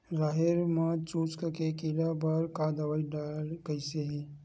राहेर म चुस्क के कीड़ा बर का दवाई कइसे ही?